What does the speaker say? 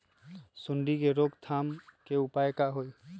सूंडी के रोक थाम के उपाय का होई?